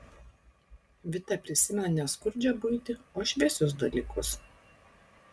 vita prisimena ne skurdžią buitį o šviesius dalykus